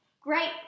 great